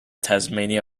tasmania